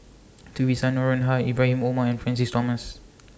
Theresa Noronha Ibrahim Omar and Francis Thomas